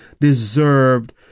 deserved